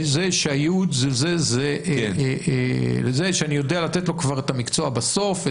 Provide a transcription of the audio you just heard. הייעוד זה שאני יודע לתת לו כבר את המקצוע בסוף,